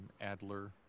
Adler